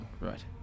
Right